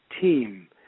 team